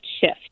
shift